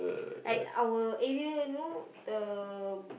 at our area you know the